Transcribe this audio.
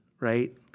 right